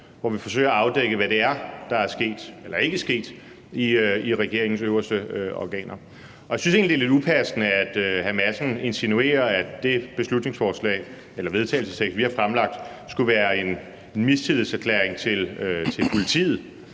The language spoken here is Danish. hvor vi forsøger at afdække, hvad det er, der er sket eller ikke sket i regeringens øverste organer. Og jeg synes egentlig, det er lidt upassende, at hr. Christian Rabjerg Madsen insinuerer, at det forslag til vedtagelse, som vi har fremsat, skulle være en mistillidserklæring til politiet.